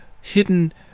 hidden